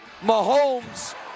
Mahomes